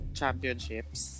championships